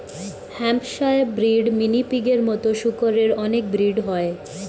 Hampshire breed, mini পিগের মতো শুকরের অনেক ব্রিড হয়